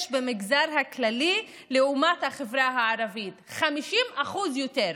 במגזר הכללי לעומת החברה הערבית 50% יותר,